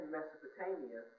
Mesopotamia